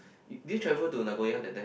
did you travel to Nagoya that time